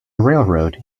railroad